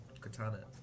katana